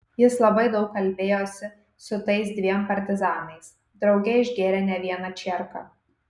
jis labai daug kalbėjosi su tais dviem partizanais drauge išgėrė ne vieną čierką